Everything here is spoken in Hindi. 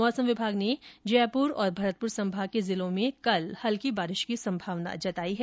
मौसम विभाग ने जयपुर और भरतपुर सम्भाग के जिलों में कल हल्की बारिश की संभावना जताई है